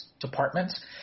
departments